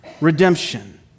redemption